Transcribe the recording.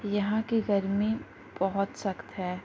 یہاں کی گرمی بہت سخت ہے